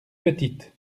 petite